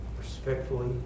respectfully